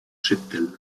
cheptel